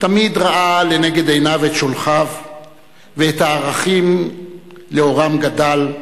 תמיד ראה לנגד עיניו את שולחיו ואת הערכים שלאורם גדל,